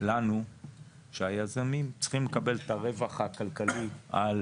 לנו שהיזמים צריכים לקבל את הרווח הכלכלי על